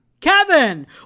kevin